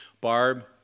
Barb